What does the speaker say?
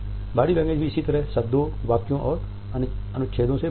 body language भी इसी तरह शब्दों वाक्यों और अनुच्छेदों से बनी है